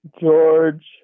George